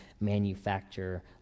manufacture